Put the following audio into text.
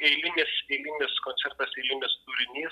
eilinis eilinis koncertas eilinis turinys